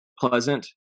pleasant